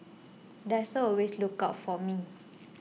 Diesel will always look out for me